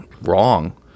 wrong